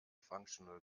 functional